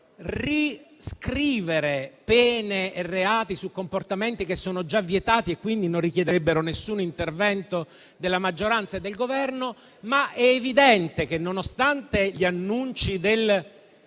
le pene, riscrivere pene e reati su comportamenti che sono già vietati e, quindi, non richiederebbero alcun intervento della maggioranza e del Governo. È evidente che, nonostante gli annunci del